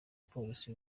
police